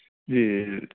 جی جی جی